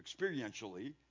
experientially